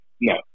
No